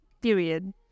Period